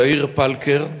יאיר פלקר.